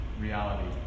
reality